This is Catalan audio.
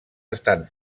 estan